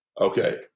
Okay